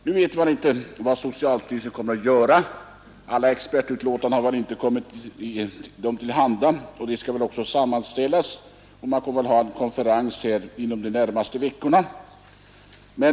Nu vet man inte vad socialstyrelsen kommer att göra. Alla expertyttranden har ännu inte inlämnats och de skall även sammanställas. Man får antagligen ha en konferens inom de närmaste veckorna.